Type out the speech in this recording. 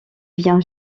vient